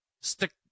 stick